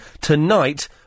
tonight